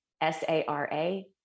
S-A-R-A